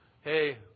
hey